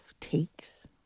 takes